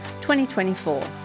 2024